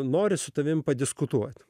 nori su tavimi padiskutuoti